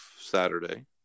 Saturday